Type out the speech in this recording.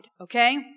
okay